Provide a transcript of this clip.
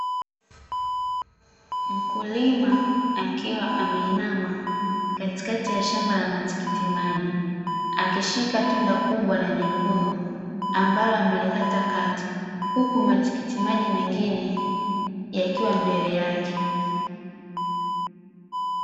Mkulima akiwa ameinama katikati ya shamba la matikiti maji, akishika tunda kubwa na jekundu, ambalo amelikata kati, huku matikiti maji mengine yakiwa mbele yake.